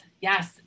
Yes